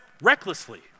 recklessly